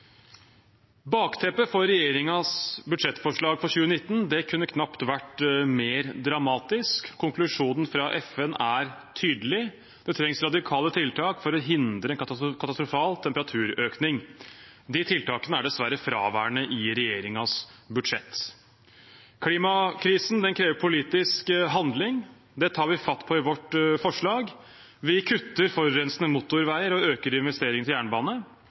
Bakteppet for regjeringens budsjettforslag for 2019 kunne knapt vært mer dramatisk. Konklusjonen fra FN er tydelig: Det trengs radikale tiltak for å hindre en katastrofal temperaturøkning. De tiltakene er dessverre fraværende i regjeringens budsjett. Klimakrisen krever politisk handling. Det tar vi fatt på i vårt forslag. Vi kutter forurensende motorveier og øker investering til jernbane,